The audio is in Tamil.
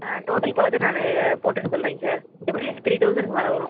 டோட்டல் பார்த்து நானு போட்டுட்டு சொல்கிறேங்க சார் எப்படியும் த்ரீ தௌசண்ட்க்கு மேலே வரும்